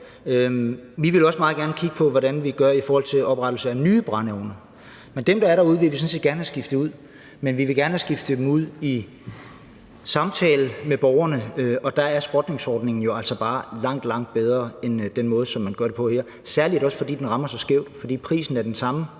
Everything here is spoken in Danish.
Vi ville også meget gerne kigge på, hvordan vi gør i forhold til opsætning af nye brændeovne. Men dem, der er derude, vil vi sådan set gerne have skiftet ud, men det skal gerne være i samtale med borgerne. Og der er skrotningsordningen jo altså bare langt, langt bedre end den måde, som man gør det på her, særlig også fordi den rammer så skævt. Prisen er den samme,